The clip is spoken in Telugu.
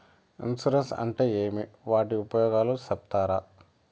ఇన్సూరెన్సు అంటే ఏమి? వాటి ఉపయోగాలు సెప్తారా?